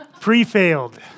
Pre-failed